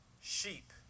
sheep